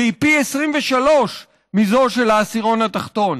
והיא פי 23 מזו של העשירון התחתון.